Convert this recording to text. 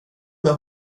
med